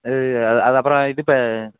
அது அது அது அப்புறம் இது ப